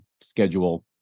schedule